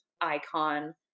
icon